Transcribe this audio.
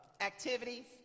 activities